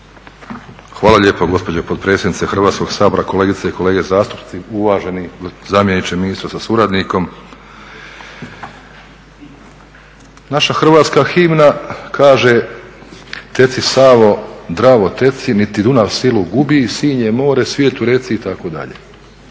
Hvala lijepo gospođo potpredsjednice Hrvatskoga sabora, kolegice i kolege zastupnici, uvaženi zamjeniče ministra sa suradnikom. Naša hrvatska himna kaže "Teci Savo, Dravo teci niti Dunav silu gubi, sinje more svijetu reci" itd.